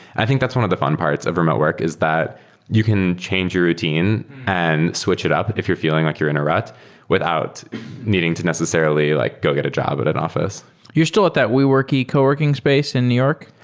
i think that's one of the fun parts of remote work, is that you can change your routine and switch it up if you're feeling like you're in a rut without needing to necessarily like go get a job at an office you're still at that weworky co-working space in new york?